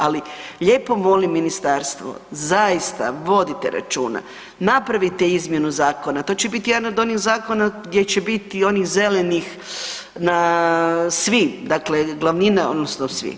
Ali lijepo molim ministarstvo zaista vodite računa, napravite izmjenu zakona, to će biti jedan od onih zakona gdje će biti onih zelenih na svim, dakle glavnina odnosno svi.